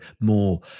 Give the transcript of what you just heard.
more